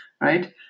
right